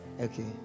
okay